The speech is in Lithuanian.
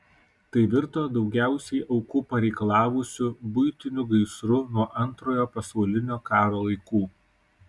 tai virto daugiausiai aukų pareikalavusiu buitiniu gaisru nuo antrojo pasaulinio karo laikų